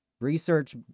research